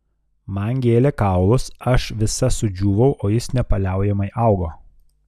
man gėlė kaulus aš visa sudžiūvau o jis nepaliaujamai augo